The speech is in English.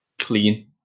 Clean